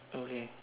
okay